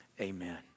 amen